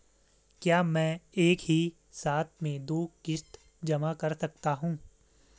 क्या मैं एक ही साथ में दो किश्त जमा कर सकता हूँ?